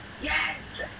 Yes